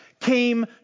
came